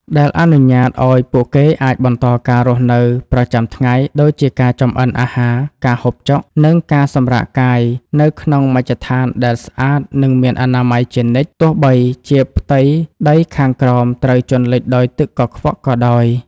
ដែលអនុញ្ញាតឱ្យពួកគេអាចបន្តការរស់នៅប្រចាំថ្ងៃ ដូចជាការចម្អិនអាហារ ការហូបចុក និងការសម្រាកកាយ នៅក្នុងមជ្ឈដ្ឋានដែលស្អាត និងមានអនាម័យជានិច្ច ទោះបីជាផ្ទៃដីខាងក្រោមត្រូវជន់លិចដោយទឹកកខ្វក់ក៏ដោយ។